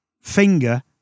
finger